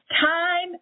Time